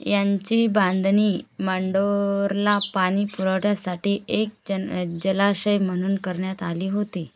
यांची बांधणी मांडोरला पाणी पुरवठ्यासाठी एक जन जलाशय म्हणून करण्यात आली होती